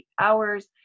hours